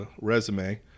resume